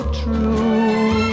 true